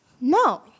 No